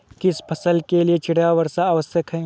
किस फसल के लिए चिड़िया वर्षा आवश्यक है?